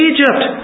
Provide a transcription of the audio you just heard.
Egypt